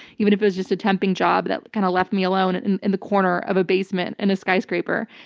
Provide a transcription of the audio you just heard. even if it was just a temping job that kind of left me alone and and in the corner of a basement in a skyscraper.